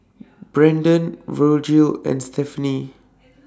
Brandan Virgil and Stephanie